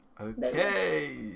okay